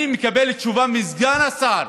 אני מקבל תשובה מסגן השר